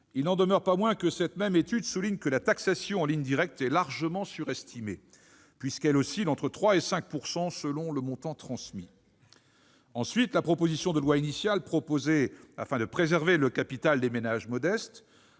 il n'en demeure pas moins que- cette même étude le souligne également -la taxation en ligne directe est largement surestimée, puisqu'elle oscille entre 3 % et 5 %, selon le montant transmis. Tout à fait. La proposition de loi initiale prévoyait, « afin de préserver le capital des ménages modestes